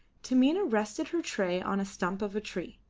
taminah rested her tray on a stump of a tree,